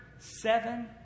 Seven